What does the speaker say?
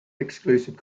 exclusive